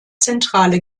zentrale